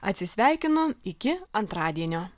atsisveikinu iki antradienio